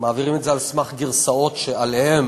הם מעבירים את זה על סמך גרסאות שעליהן